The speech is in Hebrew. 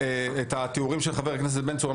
את התיאורים של חבר הכנסת בן צור על